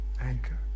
anchor